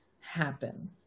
happen